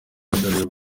uhagarariye